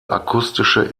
akustische